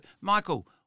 Michael